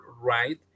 right